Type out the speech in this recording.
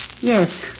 Yes